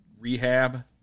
rehab